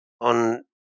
on